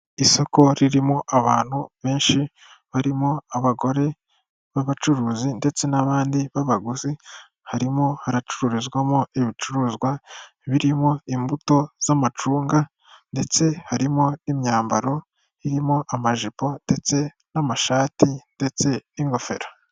Isoko ririmo abantu benshi barimo abagore b'abacuruzi ndetse n'abandi babaguzi ,harimo hanacururizwamo ibicuruzwa birimo imbuto z'amacunga ndetse harimo n'imyambaro irimo amajipo ndetse n'amashati ndetse n'ingofero.